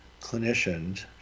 clinicians